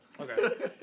Okay